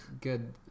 good